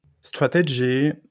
strategy